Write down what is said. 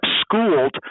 schooled